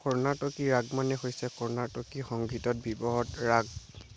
কৰ্ণাটকী ৰাগ মানে হৈছে কৰ্ণাটকী সংগীতত ব্যৱহৃত ৰাগ